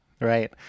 Right